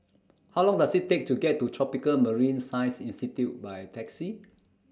How Long Does IT Take to get to Tropical Marine Science Institute By Taxi